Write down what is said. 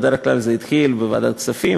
ובדרך כלל זה התחיל בוועדת הכספים,